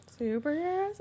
Superheroes